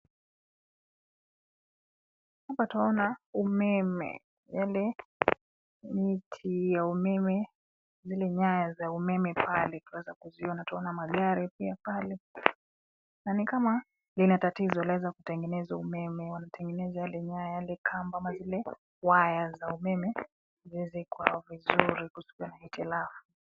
Hapa twaona umeme, yale miti ya umeme, zile nyaya za umeme pale twaweza kuziona. Twaona magari pia pale na nikama lina tatizo, laweza kutengeneza umeme, wanatengeneza yale nyaya, yale kamba ama zile waya za umeme, ziweze kuwa vizuri kusikue na hitilafu.